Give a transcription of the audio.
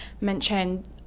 mentioned